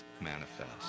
manifest